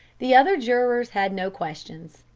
the other jurors had no questions.